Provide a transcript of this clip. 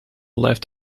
left